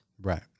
Right